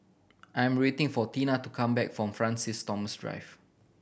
I'm waiting for Tina to come back from Francis Thomas Drive